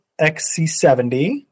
XC70